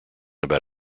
about